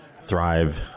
thrive